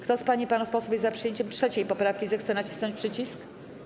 Kto z pań i panów posłów jest za przyjęciem 3. poprawki, zechce nacisnąć przycisk.